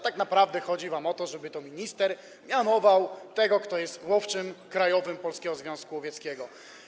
Tak naprawdę chodzi wam jednak o to, żeby to minister mianował tego, kto jest łowczym krajowym Polskiego Związku Łowieckiego.